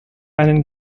einen